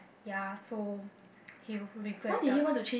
ya so he regretted